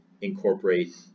incorporate